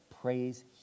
praise